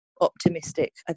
optimistic